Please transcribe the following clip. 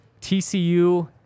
TCU